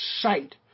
sight